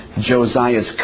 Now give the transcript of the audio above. Josiah's